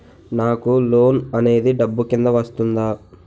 నాకు లోన్ అనేది డబ్బు కిందా వస్తుందా?